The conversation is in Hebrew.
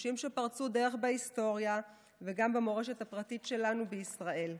נשים שפרצו דרך בהיסטוריה וגם במורשת הפרטית שלנו בישראל,